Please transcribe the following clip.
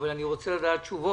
אבל אני רוצה לדעת תשובות.